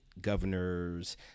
governors